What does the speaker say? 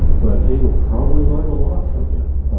but hegel probably learned a lot from him,